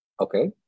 Okay